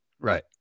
Right